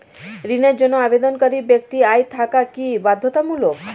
ঋণের জন্য আবেদনকারী ব্যক্তি আয় থাকা কি বাধ্যতামূলক?